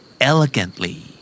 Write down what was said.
Elegantly